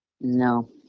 No